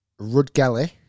Rudgelly